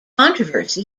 controversy